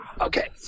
okay